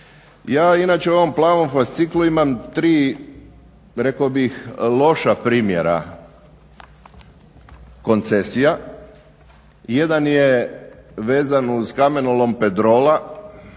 Ja inače u ovom plavom fasciklu imam tri rekao bih loša primjera koncesija. Jedan je vezan u Kamenolom Petrola